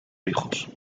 hijos